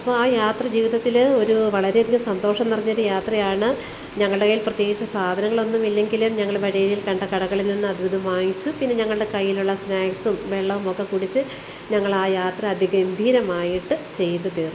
അപ്പോൾ ആ യാത്ര ജീവിതത്തിൽ ഒരു വളരെ അധികം സന്തോഷം നിറഞ്ഞൊരു യാത്രയാണ് ഞങ്ങൾടെയിൽ പ്രത്യേകിച്ച് സാധനങ്ങളൊന്നും ഇല്ലെങ്കിലും ഞങ്ങൾ വഴിയരികിൽ കണ്ട കടകളിൽ നിന്നും അതു ഇതും വാങ്ങിച്ചു പിന്നെ ഞങ്ങളുടെ കൈയിലുള്ള സ്നാക്സും വെള്ളവും ഒക്കെ കുടിച്ച് ഞങ്ങൾ ആ യാത്ര അതിഗംഭീരമായിട്ട് ചെയ്ത് തീർത്തു